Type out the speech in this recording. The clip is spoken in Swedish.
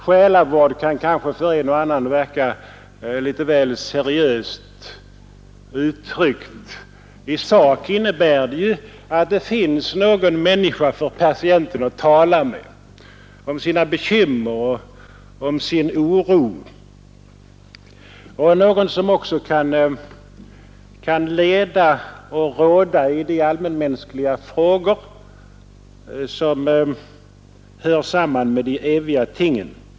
Själavård kan kanske för en och annan verka vara ett litet väl seriöst uttryck, men i sak innebär det att det skall finnas någon människa för patienten att tala med om sina bekymmer och sin oro, någon som också kan leda och råda i de allmänmänskliga frågor som hör samman med de eviga tingen.